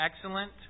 excellent